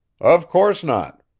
of course not.